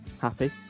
happy